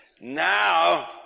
now